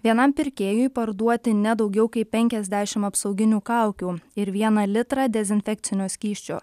vienam pirkėjui parduoti ne daugiau kaip penkiasdešimt apsauginių kaukių ir vieną litrą dezinfekcinio skysčio